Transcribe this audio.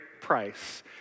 price